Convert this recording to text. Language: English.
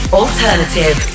alternative